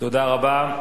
תודה רבה.